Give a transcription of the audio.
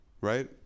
Right